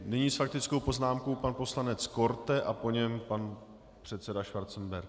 Nyní s faktickou poznámkou pan poslanec Korte a po něm pan předseda Schwarzenberg.